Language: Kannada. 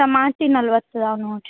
ಟಮಾಟಿ ನಲವತ್ತು ಅದಾವೆ ನೋಡಿರಿ